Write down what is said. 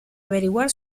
averiguar